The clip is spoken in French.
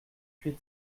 huit